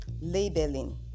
labeling